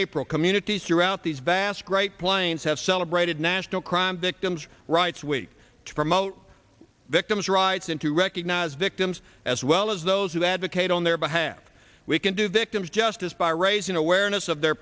april communities throughout these vast great plains have celebrated national crime victims rights week to promote victim's rights and to recognize victims as well as those who advocate on their behalf we can do victim's justice by raising awareness of their